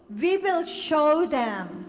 we will show them